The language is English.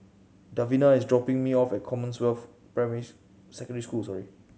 Davina is dropping me off at Commonwealth Primary Secondary School sorry